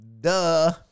Duh